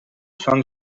sainte